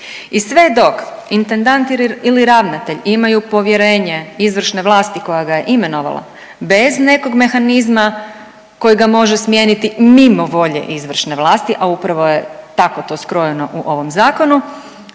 I sve dok intendant ili ravnatelj imaju povjerenje izvršne vlasti koja ga je imenovala bez nekog mehanizma kojega može smijeniti mimo volje izvršne vlasti, a upravo je tako to skrojeno u ovom zakonu